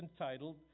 entitled